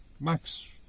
Max